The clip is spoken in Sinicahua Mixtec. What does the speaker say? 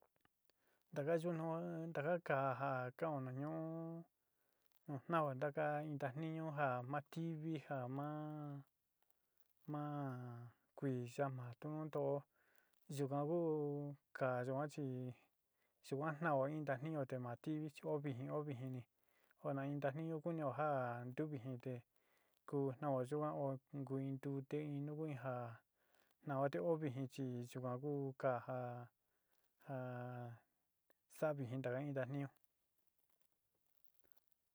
Ndaka yunuá ndaka'a kaján kauu nañuón unn ndahua na'ka iin nda'a niño jan mativíí ndama'a ma'á kuii tiyama'a nduntó yukannguu ka'a yuán chí, tukuan nda iño temativii xhí ho vii ho vii ho vinii, kuan iin nda niño kuu ngoján, nduvité kuu inhua inia yo'ó kukuinté iin nduu ján ndaun tiovichí chikua kua njunká kajá, xavii ján iin ndanió.